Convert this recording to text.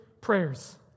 prayers